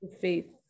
faith